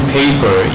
paper